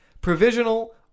provisional